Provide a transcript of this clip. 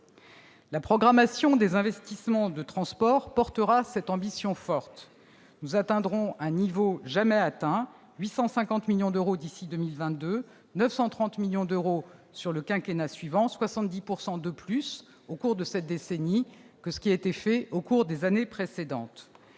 La programmation des investissements de transports portera cette ambition forte. Nous atteindrons un niveau jamais atteint : 850 millions d'euros d'ici à 2022, 930 millions d'euros sur le quinquennat suivant, à savoir 70 % de plus au cours de cette décennie que ce qui a été fait au cours des années précédentes.